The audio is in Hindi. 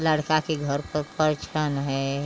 लड़का के घर पर परिछावन है